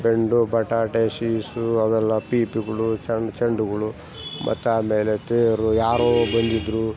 ಬೆಂಡು ಬಟಾಟೆ ಶೀಸು ಅವೆಲ್ಲಾ ಪೀಪಿಗಳು ಚೆಂಡು ಚೆಂಡುಗಳು ಮತ್ತು ಆಮೇಲೆ ತೇರು ಯಾರೋ ಬಂದಿದ್ರು